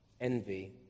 envy